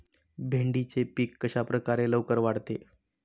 भेंडीचे पीक कशाप्रकारे लवकर वाढते?